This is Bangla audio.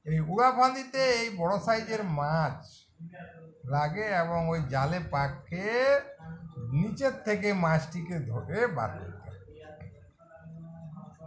এই উড়ান ফাঁদিতে এই বড়ো সাইজের মাছ লাগে এবং ওই জালে পাকিয়ে নীচের থেকে মাছটিকে ধরে বার করতে হয়